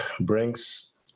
brings